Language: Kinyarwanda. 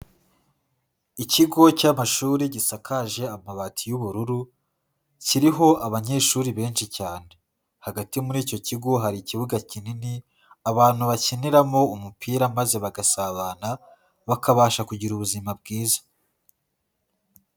Ikigo cy'amashuri gisakaje amabati y'ubururu, kiriho abanyeshuri benshi cyane, hagati muri icyo kigo hari ikibuga kinini abantu bakiniramo umupira maze bagasabana bakabasha kugira ubuzima bwiza.